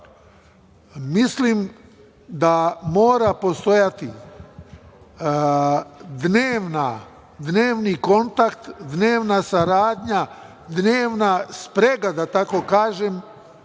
da mora postojati dnevni kontakt, dnevna saradnja, dnevna sprega, da tako kažem,